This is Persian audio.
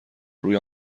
روی